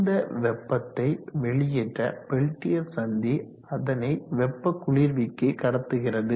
இந்த வெப்பத்தை வெளியேற்ற பெல்டியர் சந்தி அதனை வெப்ப குளிர்விக்கு கடத்துகிறது